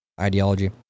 ideology